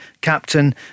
captain